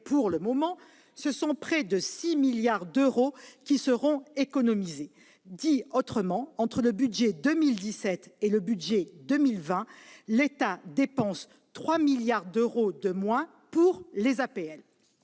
pour le moment, près de 6 milliards d'euros seront économisés. Dit autrement, entre le budget de 2017 et le budget de 2020, l'État dépense 3 milliards d'euros de moins pour les APL.